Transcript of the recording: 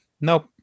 nope